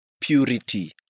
purity